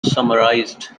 summarized